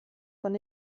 von